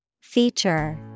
Feature